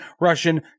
Russian